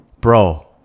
Bro